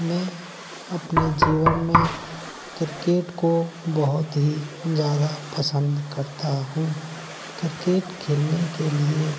मैंअपने जीवन में किर्केट को बहुत ही ज़्यादा पसंद करता हूँ किर्केट खेलने के लिए